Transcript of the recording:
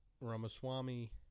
Ramaswamy